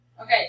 Okay